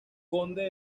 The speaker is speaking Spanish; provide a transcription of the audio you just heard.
conde